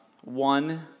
one